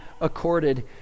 accorded